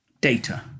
Data